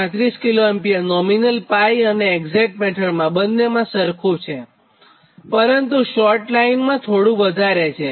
135kA nominal 𝜋 method અને exact method બંનેમાં લગભગ સરખું છે પણ શોર્ટ લાઇન માટે થોડું વધારે છે